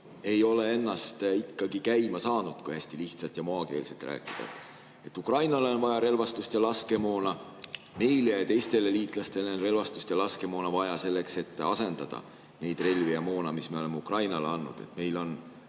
ei ole ennast ikkagi käima saanud, kui hästi lihtsalt ja maakeeles rääkida. Ukrainale on vaja relvastust ja laskemoona, meile ja teistele liitlastele on relvastust ja laskemoona vaja selleks, et asendada neid relvi ja seda moona, mis me oleme Ukrainale andnud. Meil on